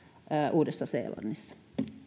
uudessa seelannissa